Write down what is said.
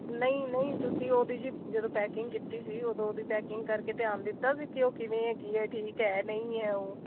ਨਹੀਂ ਨਹੀਂ ਤੁਸੀਂ ਉਹਦੀ ਜੀ ਜਦੋਂ ਪੈਕਿੰਗ ਕੀਤੀ ਸੀ ਉਦੋਂ ਉਹਦੀ ਪੈਕਿੰਗ ਕਰਕੇ ਧਿਆਨ ਦਿੱਤਾ ਸੀ ਕਿ ਉਹ ਕਿਵੇਂ ਹੈਗੀ ਹੈ ਠੀਕ ਹੈ ਨਹੀਂ ਹੈ ਉਹ